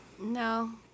No